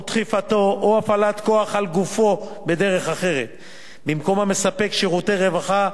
דחיפתו או הפעלת כוח על גופו בדרך אחרת במקום המספק שירותי רווחה,